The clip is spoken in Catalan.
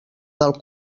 del